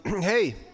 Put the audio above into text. Hey